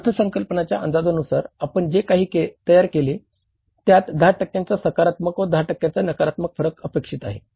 अर्थसंकल्पाच्या अंदाजानुसार आपण जे काही तयार केले आहे त्यात 10 टक्क्यांचा सकारातमक व 10 टक्क्यांचा नकारात्मक फरक अपेक्षित आहे